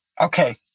Okay